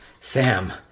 Sam